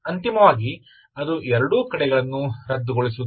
ಅಂತಿಮವಾಗಿ ಅದು ಎರಡೂ ಕಡೆಗಳನ್ನು ರದ್ದುಗೊಳಿಸುವುದಿಲ್ಲ